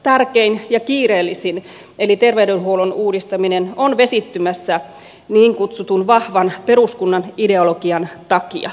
tärkein ja kiireellisin eli terveydenhuollon uudistaminen on vesittymässä niin kutsutun vahvan peruskunnan ideologian takia